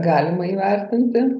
galima įvertinti